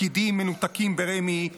פקידים מנותקים ברמ"י מובילים,